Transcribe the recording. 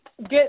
get